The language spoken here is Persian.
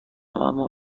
اما